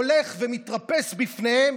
הולך ומתרפס בפניהם,